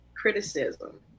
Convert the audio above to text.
criticism